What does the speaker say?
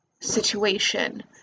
situation